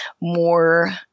more